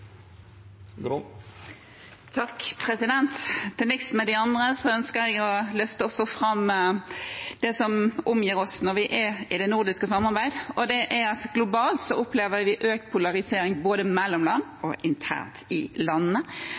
med de andre ønsker jeg å løfte fram det som omgir oss i det nordiske samarbeidet, og det er at globalt opplever vi økt polarisering både mellom land og internt i landene.